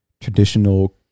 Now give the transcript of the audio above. traditional